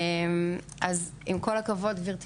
עם כל הכבוד גבירתי